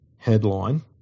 Headline